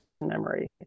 memory